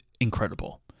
incredible